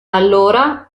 allora